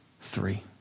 three